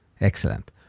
Excellent